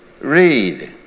Read